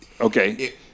Okay